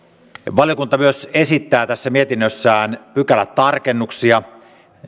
valiokunta myös esittää tässä mietinnössään pykälätarkennuksia